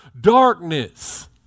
darkness